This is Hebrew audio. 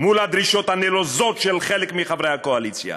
מול הדרישות הנלוזות של חלק מחברי הקואליציה.